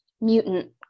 mutant